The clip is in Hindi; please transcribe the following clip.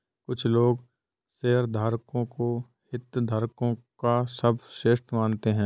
कुछ लोग शेयरधारकों को हितधारकों का सबसेट मानते हैं